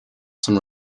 some